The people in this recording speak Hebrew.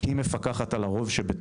היא מפקחת על הרוב שבתוכה.